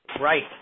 Right